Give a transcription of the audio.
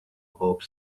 hope